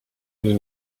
nous